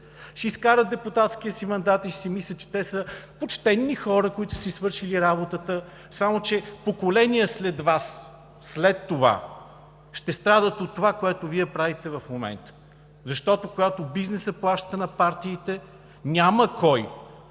ще изкарат депутатския си мандат и ще си мислят, че те са почтени хора, които са си свършили работата, само че поколения след Вас след това ще страдат от онова, което Вие правите в момента. Защото когато бизнесът плаща на партиите, няма кой